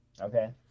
Okay